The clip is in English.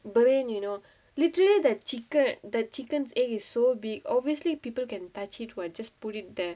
but then you know literally the chicken the chicken egg is so big obviously people can touch it what just put it there